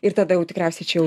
ir tada jau tikriausiai čia jau